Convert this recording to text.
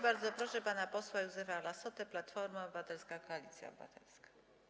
Bardzo proszę pana posła Józefa Lassotę, Platforma Obywatelska - Koalicja Obywatelska.